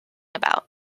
about